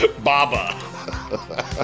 Baba